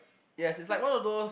yes it's like one of those